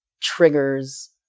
triggers